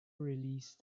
released